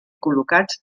col·locats